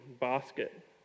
basket